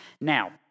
Now